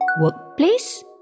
Workplace